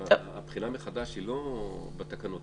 אבל הבחינה מחדש היא לא בתקנות,